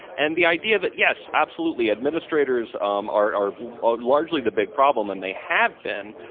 and the idea that, yes, absolutely, administrators um are are ah largely the big problem, and they have been,